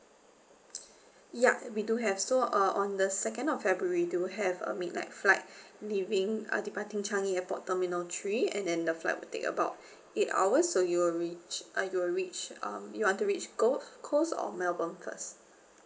ya we do have so uh on the second of february do have a midnight flight leaving uh departing changi airport terminal three and then the flight will take about eight hours so you will reach uh you will reach um you want to reach gold coast or melbourne first